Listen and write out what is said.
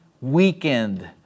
weekend